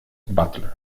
butler